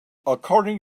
according